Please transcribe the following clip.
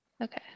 Okay